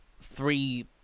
three